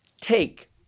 take